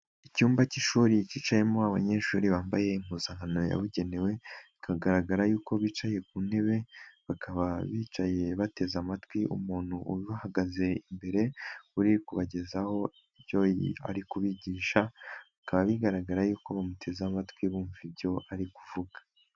Icyumba cy'ishuri cyicayemo abanyeshuri bambaye impuzankano yabugenewe, bikagaragara y'uko bicaye ku ntebe, bakaba bicaye bateze amatwi umuntu uhagaze imbere uri kubagezaho ibyo ari kubigisha, bikaba bigaragara y'uko bamuteze amatwi bumva ibyo ari kuvuga.